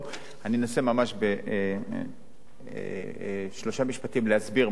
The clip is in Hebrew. אני אנסה, ממש בשלושה משפטים, להסביר במה מדובר: